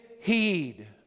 heed